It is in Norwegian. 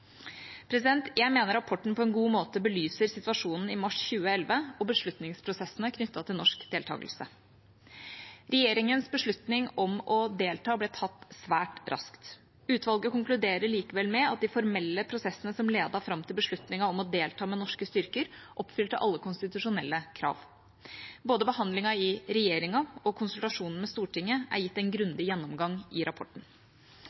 Jeg mener rapporten på en god måte belyser situasjonen i mars 2011 og beslutningsprosessene knyttet til norsk deltakelse. Regjeringas beslutning om å delta ble tatt svært raskt. Utvalget konkluderer likevel med at de formelle prosessene som ledet fram til beslutningen om å delta med norske styrker, oppfylte alle konstitusjonelle krav. Både behandlingen i regjeringa og konsultasjonene med Stortinget er gitt en grundig gjennomgang i rapporten.